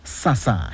sasa